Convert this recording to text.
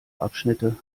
abschnitte